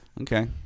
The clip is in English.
Okay